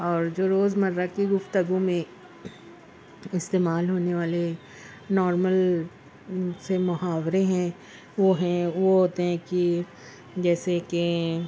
اور جو روزمرہ کی گفتگو میں استعمال ہونے والے نارمل سے محاورے ہیں وہ ہیں وہ ہوتے ہیں کہ جیسے کہ